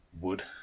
wood